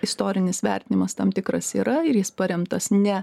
istorinis vertinimas tam tikras yra ir jis paremtas ne